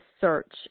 search